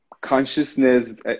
consciousness